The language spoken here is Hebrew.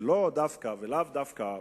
ולאו דווקא,